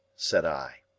said i.